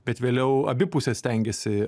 bet vėliau abi pusės stengiasi